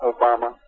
Obama